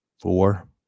four